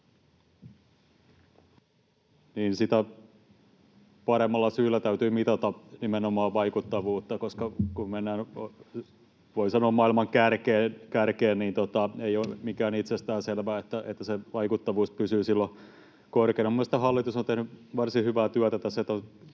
sitä paremmalla syyllä täytyy mitata nimenomaan vaikuttavuutta. Kun mennään, voi sanoa, maailman kärkeen, niin ei ole mitenkään itsestäänselvää, että se vaikuttavuus pysyy silloin korkeana. Minun mielestäni hallitus on tehnyt varsin hyvää työtä tässä